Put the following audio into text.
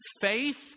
faith